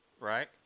Right